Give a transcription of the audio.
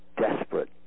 desperate